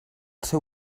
seu